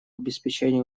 обеспечении